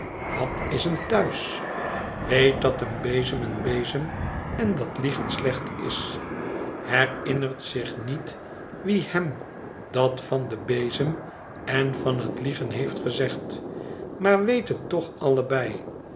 wat is een thuis weet dat een bezem een bezem en dat liegen slecht is herinnert zich niet wie hem dat van den bezem en van het liegen heeft gezegd maar weet het toch allehei